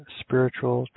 spiritual